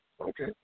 Okay